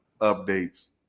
updates